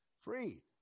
free